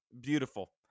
Beautiful